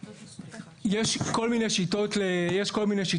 יש כל מיני שיטות לדייג,